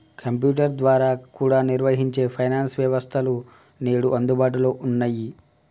computer ద్వారా కూడా నిర్వహించే ఫైనాన్స్ వ్యవస్థలు నేడు అందుబాటులో ఉన్నయ్యి